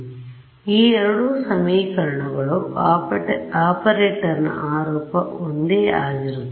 ಆದ್ದರಿಂದ ಈ ಎರಡೂ ಸಮೀಕರಣಗಳು ಆಪರೇಟರ್ನ ಆ ರೂಪವು ಒಂದೇ ಆಗಿರುತ್ತದೆ